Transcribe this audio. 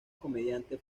comediante